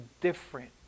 different